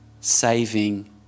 saving